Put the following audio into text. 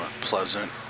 pleasant